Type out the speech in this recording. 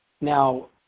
Now